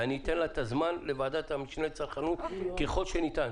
ואני אתן את הזמן לוועדת המשנה לצרכנות ככל שניתן.